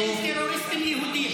שאין טרוריסטים יהודים.